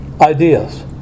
Ideas